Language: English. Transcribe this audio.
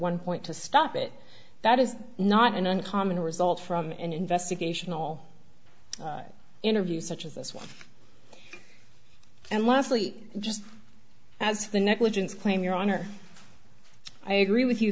one point to stop it that is not an uncommon result from an investigation all interviews such as this one and lastly just as the negligence claim your honor i agree with you